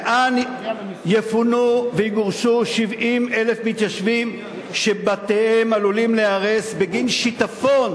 לאן יפונו ויגורשו 70,000 מתיישבים שבתיהם עלולים ליהרס בגין שיטפון